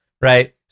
right